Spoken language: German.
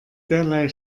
derlei